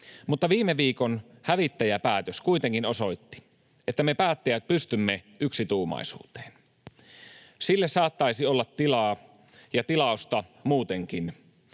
Mutta viime viikon hävittäjäpäätös kuitenkin osoitti, että me päättäjät pystymme yksituumaisuuteen. Sille saattaisi olla tilaa — ja tilausta — muutenkin.